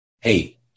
Hey